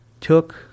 took